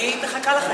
אני מחכה לכם.